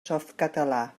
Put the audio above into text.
softcatalà